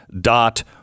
dot